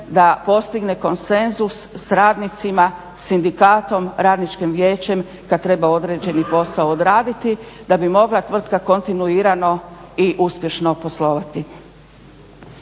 da postigne konsenzus s radnicima, sindikatom, radničkim vijećem kad treba određeni posao odraditi da bi mogla tvrtka kontinuirano i uspješno poslovati.